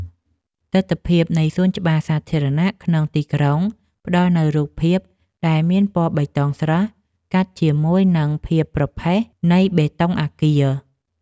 ទិដ្ឋភាពនៃសួនច្បារសាធារណៈក្នុងទីក្រុងផ្ដល់នូវរូបភាពដែលមានពណ៌បៃតងស្រស់ កាត់ជាមួយនឹងភាពប្រផេះនៃបេតុងអាគារ។